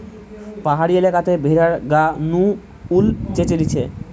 পাহাড়ি এলাকাতে ভেড়ার গা নু উল চেঁছে লিছে